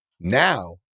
Now